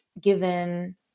given